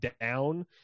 down